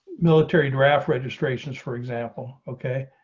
military draft registrations for example. okay,